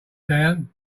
down